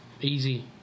Easy